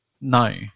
No